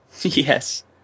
Yes